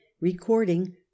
Recording